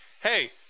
Hey